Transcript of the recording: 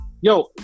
yo